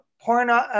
porno